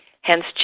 hence